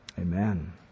Amen